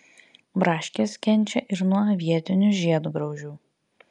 braškės kenčia ir nuo avietinių žiedgraužių